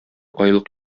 айлык